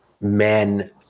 men